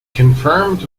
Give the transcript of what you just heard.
confirmed